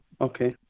Okay